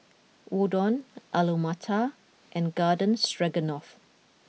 Udon Alu Matar and Garden Stroganoff